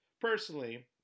personally